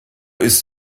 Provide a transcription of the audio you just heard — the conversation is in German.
ist